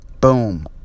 Boom